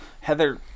Heather